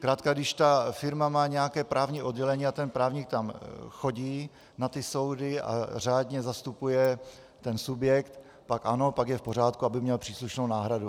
Zkrátka když ta firma má nějaké právní oddělení a ten právník chodí na soudy a řádně zastupuje ten subjekt, pak ano, pak je v pořádku, aby měl příslušnou náhradu.